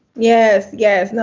yes, yes. no,